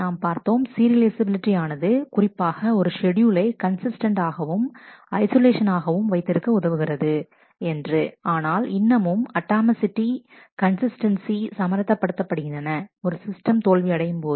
நாம் பார்த்தோம் சீரியலைஃசபிலிட்டி ஆனது குறிப்பாக ஒரு ஷெட்யூலை கன்சிஸ்டன்ட் ஆகவும் ஐஷோலேஷன் ஆகவும் வைத்திருக்க உதவுகிறது என்று ஆனால் இன்னமும் அட்டாமி சிட்டி மற்றும் கன்சிஸ்டன்ஸி சமரசப் படுத்தப்படுகின்றன ஒரு சிஸ்டம் தோல்வி அடையும்போது